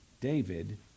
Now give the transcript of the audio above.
David